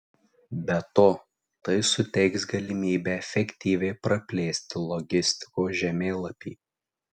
be to tai suteiks galimybę efektyviai praplėsti logistikos žemėlapį